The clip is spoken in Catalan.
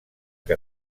que